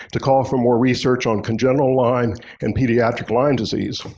to call for more research on congenital lyme and pediatric lyme disease.